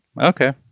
Okay